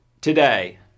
today